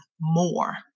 more